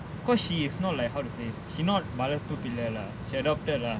because she is not like how to say she not வளர்ப்பு பிள்ளை:valarppu pillai lah she adopted lah he's like chinese